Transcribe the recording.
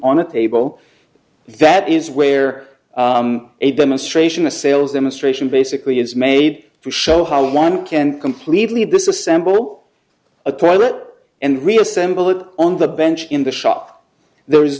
on a table that is where a demonstration a sales demonstration basically is made to show how one can completely this assemble a pilot and reassemble it on the bench in the shop there is